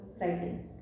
writing